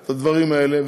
את הדברים האלה.